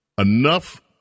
Enough